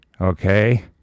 okay